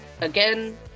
again